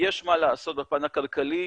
יש מה לעשות בפן הכלכלי.